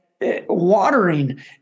watering